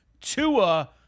Tua